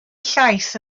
llais